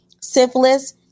syphilis